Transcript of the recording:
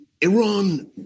Iran